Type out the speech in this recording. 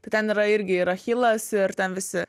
tai ten yra irgi yra achilas ir ten visi